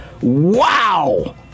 wow